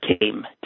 came